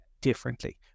differently